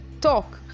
talk